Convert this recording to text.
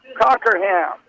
Cockerham